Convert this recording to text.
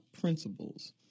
principles